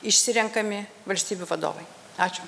išsirenkami valstybių vadovai ačiū